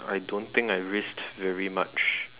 I don't think I risked very much